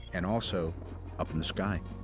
and also up in the sky.